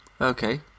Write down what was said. Okay